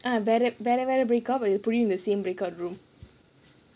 uh வேற வேற:vera vera breakout when put you in the same breakout room